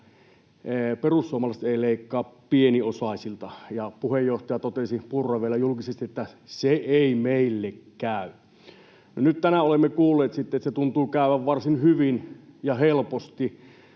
perussuomalaiset eivät leikkaa pieniosaisilta. Puheenjohtaja Purra totesi vielä julkisesti, että ”se ei meille käy”. No, nyt tänään olemme kuulleet, että se tuntuu käyvän varsin hyvin ja helposti